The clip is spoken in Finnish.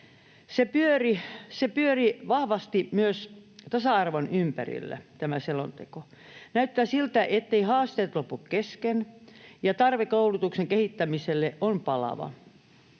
pyöri vahvasti myös tasa-arvon ympärillä. Näyttää siltä, etteivät haasteet lopu kesken ja tarve koulutuksen kehittämiselle on palava.